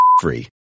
free